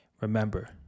remember